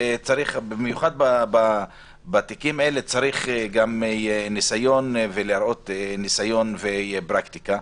במיוחד בתיקים האלה, חשוב להראות ניסיון ופרקטיקה.